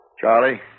Charlie